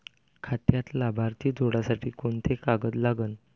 खात्यात लाभार्थी जोडासाठी कोंते कागद लागन?